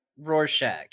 rorschach